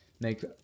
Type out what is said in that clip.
make